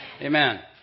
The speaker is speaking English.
Amen